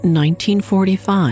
1945